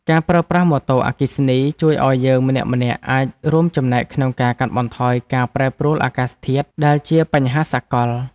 ការប្រើប្រាស់ម៉ូតូអគ្គិសនីជួយឱ្យយើងម្នាក់ៗអាចរួមចំណែកក្នុងការកាត់បន្ថយការប្រែប្រួលអាកាសធាតុដែលជាបញ្ហាសកល។